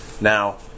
Now